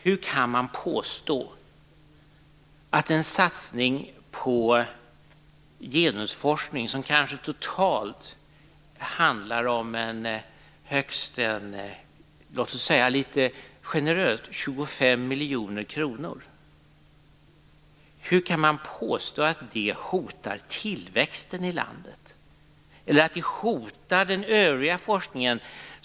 Hur kan man påstå att en satsning på genusforskning, som totalt - litet generöst uttryckt - kanske handlar om högst 25 miljoner kronor, hotar tillväxten i landet eller hotar den övriga forskningen?